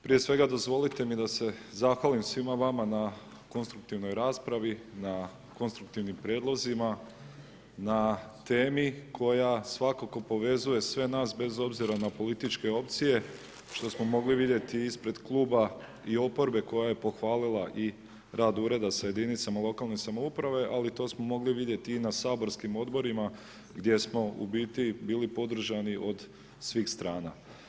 Prije svega dozvolite mi da se zahvalim svima vama na konstruktivnoj raspravi, na konstruktivnim prijedlozima, na temi koja svakako povezuje sve nas bez obzira na političke opcije, što smo mogli vidjeti ispred kluba i oporbe koja je pohvalila i rad ureda sa jedinicama lokalne samouprave, ali to smo mogli vidjeti i na saborskim odborima gdje smo u biti bili podržani od svih strana.